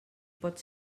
pot